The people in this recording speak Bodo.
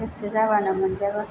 गोसो जाबानो मोनजोबो